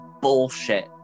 bullshit